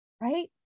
right